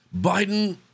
Biden